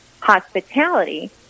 hospitality